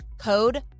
Code